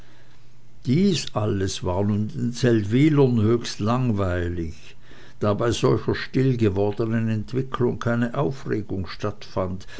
dies alles war nun den seldwylern höchst langweilig da bei solcher stillgewordenen entwicklung keine aufregung stattfand